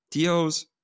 TOs